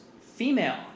female